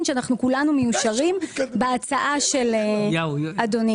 שאנחנו כולנו מיושרים בהצעה של אדוני.